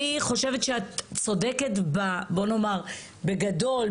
אני חושבת שאת צודקת, בוא נאמר, בגדול.